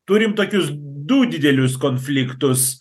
turim tokius du didelius konfliktus